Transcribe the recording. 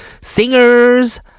singers